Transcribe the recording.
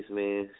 man